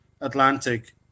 Atlantic